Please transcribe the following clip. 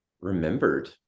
remembered